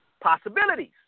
possibilities